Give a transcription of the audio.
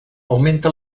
augmenta